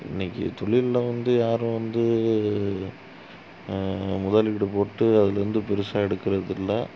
இன்னைக்கி தொழில்ல வந்து யாரும் வந்து முதலீடு போட்டு அதில் இருந்து பெருசாக எடுக்கிறதில்ல